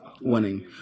winning